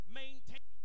maintain